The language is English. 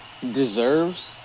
deserves